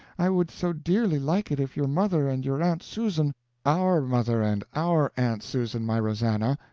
i would so dearly like it if your mother and your aunt susan our mother and our aunt susan, my rosannah.